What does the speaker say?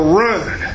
run